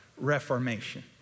Reformation